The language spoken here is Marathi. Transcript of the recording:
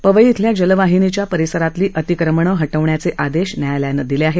पवई इथल्या जलवाहिनीच्या परिसरातली अतिक्रमणं हटविण्याचे आदेश न्यायालयानं दिले आहेत